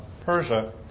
Persia